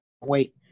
wait